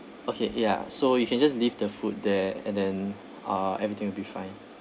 okay ya so you can just leave the food there and then uh everything will be fine